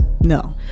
no